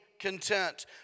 content